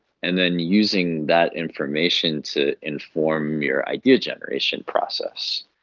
and then using that information to inform your idea generation process.